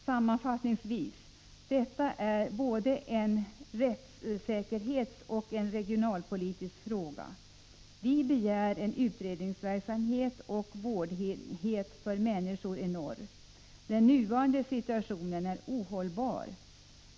Sammanfattningsvis: Frågan om den rättspsykiatriska kliniken i Umeå är både en rättssäkerhetsoch en regionalpolitisk fråga. Vi begär en utredningsverksamhet och en vårdenhet för människorna i norr. Den nuvarande situationen är ohållbar.